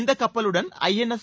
இந்த கப்பலுடன் ஐஎன்எஸ்